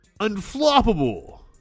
unfloppable